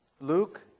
Luke